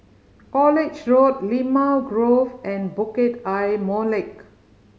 College Road Limau Grove and Bukit Ayer Molek